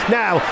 now